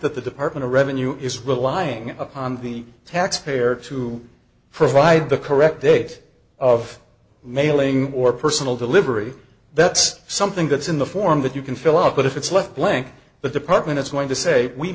that the department of revenue is relying upon the taxpayer to provide the correct date of mailing or personal delivery that's something that's in the form that you can fill up but if it's left blank the department is going to say we